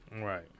Right